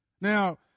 Now